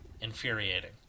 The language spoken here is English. infuriating